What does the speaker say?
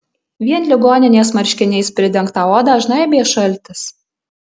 vien ligoninės marškiniais pridengtą odą žnaibė šaltis